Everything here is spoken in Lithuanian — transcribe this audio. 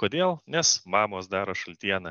kodėl nes mamos daro šaltieną